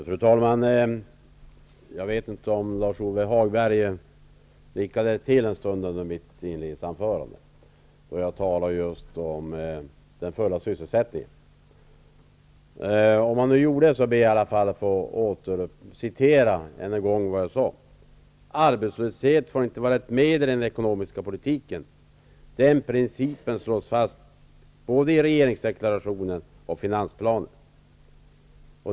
Fru talman! Jag vet inte om Lars-Ove Hagberg nickade till en stund under mitt inledningsanförande då jag talade om full sysselsättning. Om han nu gjorde det skall jag be att få upprepa vad jag sade: Arbetslöshet får inte vara ett medel i den ekonomiska politiken. Den principen slås fast både i regeringsdeklarationen och finansplanen.